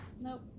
nope